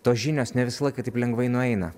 tos žinios ne visą laiką taip lengvai nueina